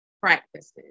practices